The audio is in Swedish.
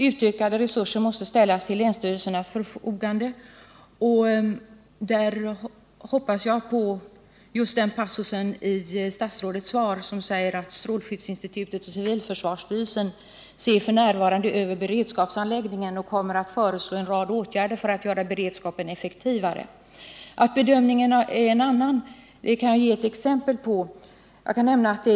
Utvidgade resurser måste ställas till länsstyrelsernas förfogande. Att så också kommer att ske nar jag gott hopp om när jag läser följande passus i statsrådets svar: ”Strålskyddsinstitutet och civilförsvarsstyrelsen ser f. n. över beredskapsanläggningen och kommer att föreslå en rad åtgärder för att göra beredskapen effektivare.” Att bedömningen av denna fråga numera svängt kan jag ge ett annat exempel på.